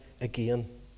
again